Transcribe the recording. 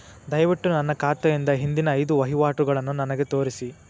ದಯವಿಟ್ಟು ನನ್ನ ಖಾತೆಯಿಂದ ಹಿಂದಿನ ಐದು ವಹಿವಾಟುಗಳನ್ನು ನನಗೆ ತೋರಿಸಿ